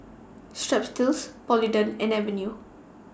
Strepsils Polident and Avene